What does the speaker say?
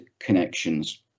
connections